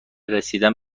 رسیدن